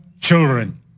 children